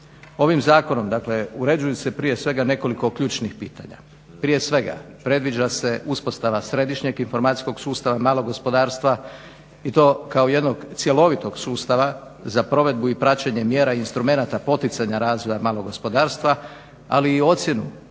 Ovim zakonom, dakle uređuju se prije svega nekoliko ključnih pitanja. Prije svega predviđa se uspostava središnjeg informacijskog sustava malog gospodarstva i to kao jednog cjelovitog sustava za provedbu i praćenje mjera i instrumenata poticanja razvoja malog gospodarstva, ali i ocjenu